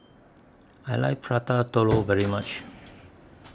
I like Prata Telur very much